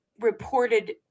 reported